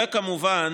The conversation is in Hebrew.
וכמובן,